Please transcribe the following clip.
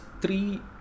three